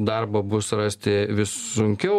darbą bus rasti vis sunkiau